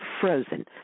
frozen